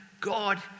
God